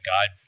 God